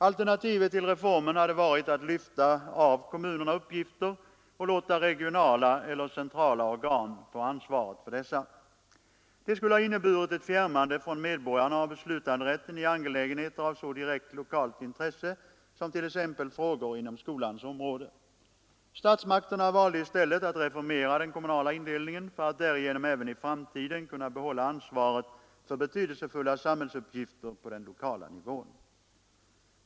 Alternativet till reformen hade varit att lyfta av kommunerna uppgifter och låta regionala eller centrala organ få ansvaret för dessa. Det skulle ha inneburit ett fjärmande från medborgarna av beslutanderätten i angelägenheter av så direkt intresse som t.ex. frågor inom skolans område. Statsmakterna valde i stället att reformera den kommunala indelningen för att därigenom även i framtiden kunna behålla ansvaret för betydelsefulla samhällsuppgifter på den lokala nivån.